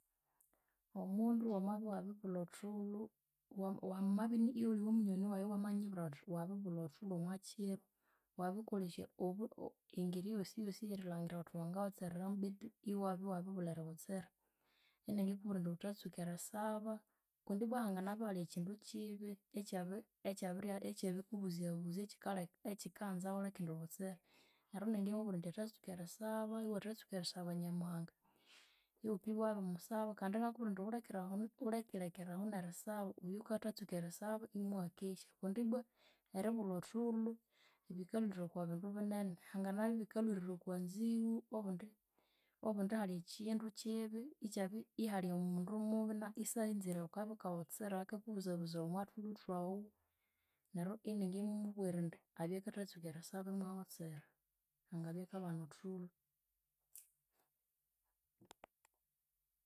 Omundu wamabya iwabiribulha othulho, wa wamabya ini iwuli munywani wayi wamanyibwira wuthi wabiribulha othulho omwa kiro, wabikolhesya obu engeri yosi yosi ey'erilhangira wuthi wangaghotsereramo betu iwabya iwabiribulha erighotsera, iningikubwira nyithi wuthatsuka erisaba kundi ibbwa hanganabya ihali ekindu kibi ekyabi ekyabya ekyabikubuzya buzya ekikale ekikanza wulikendibotsera, neryo iningimubwira indi athatsuka erisaba, iwathatsuka erisaba Nyamuhanga, iwukibya wabimusaba kandi ingakubwira indi wulhekeraho wulhekirekeraho n'erisaba, wubye wukathatsuka erisaba imuwakesya kundi ibbwa eribulha othulho bikalhwira oko bindu binene, hanganabya ibikalhwirira oko nziwu, obundi obundi ihali ekindu kibi ikyabya, ihali omundu mubi isyanzire wukabya wukaghotsera eyakakubuza buzaya omo thulho thwawu neryo iningimubwira indi abye akathatsuka erisaba imwaghotsera, ingabya akabana othulho.